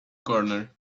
corner